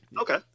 Okay